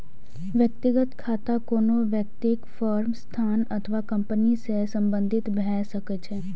व्यक्तिगत खाता कोनो व्यक्ति, फर्म, संस्था अथवा कंपनी सं संबंधित भए सकै छै